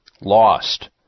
Lost